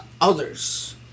others